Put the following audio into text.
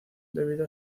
debido